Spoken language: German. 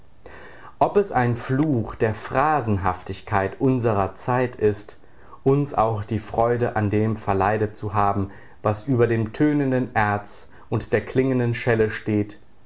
ob es ein fluch der phrasenhaftigkeit unserer zeit ist uns auch die freude an dem verleidet zu haben was über dem tönenden erz und der klingenden schelle steht